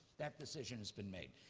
that decision's been made.